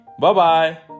bye-bye